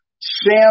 Sam